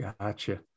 Gotcha